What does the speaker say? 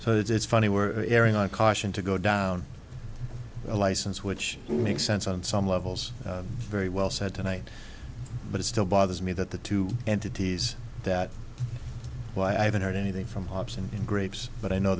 so it's funny we're airing a caution to go down a license which makes sense on some levels very well said tonight but it still bothers me that the two entities that why i haven't heard anything from hobson engraves but i know